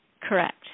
Correct